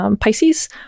Pisces